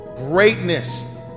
Greatness